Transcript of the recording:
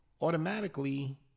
automatically